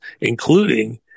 including